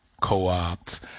co-ops